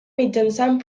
mitjançant